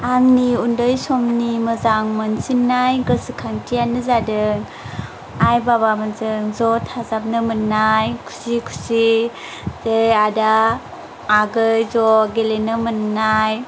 आंनि उन्दै समनि मोजां मोनसिननाय गोसोखांथियानो जादों आइ बाबामोनजों ज' थाजाबनो मोननाय खुसि खुसि जे आदा आगै ज' गेलेनो मोननाय